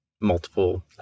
multiple